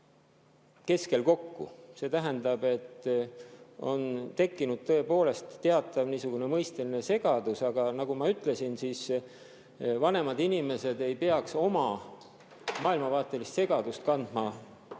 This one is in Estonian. keskel kokku. See tähendab, et on tekkinud tõepoolest teatav niisugune mõisteline segadus. Aga nagu ma ütlesin, siis vanemad inimesed ei peaks oma maailmavaatelist segadust kandma